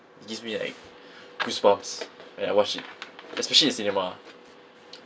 it gives me like goose bumps when I watch it especially in cinema